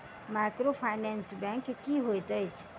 Microfinance bank की होइत अछि?